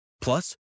Plus